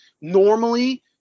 normally